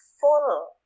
full